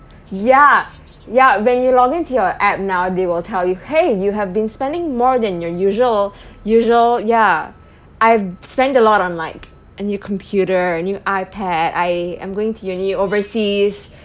ya ya when you log into your app now they will tell you !hey! you have been spending more than your usual usual yeah I've spend a lot on like a new computer a new iPad I am going to uni overseas